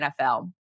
NFL